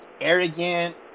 arrogant